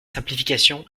simplifications